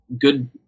good